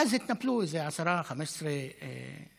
ואז התנפלו איזה 10, 15 שוטרים.